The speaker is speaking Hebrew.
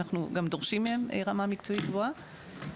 אנחנו גם דורשים מהם רמה מקצועית גבוהה.